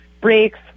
breaks